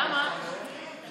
למה לא?